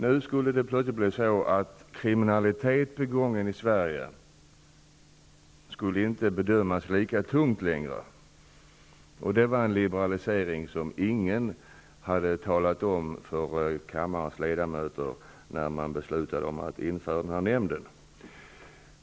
Nu skulle plötsligt kriminalitet som man gjort sig skyldig till i Sverige inte väga lika tungt längre. Det var en liberalisering som ingen upplyste kammarens ledamöter om när man fattade belsut om att införa den här nämnden.